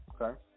Okay